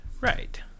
Right